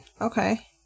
Okay